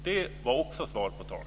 Det var också svar på tal.